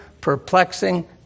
perplexing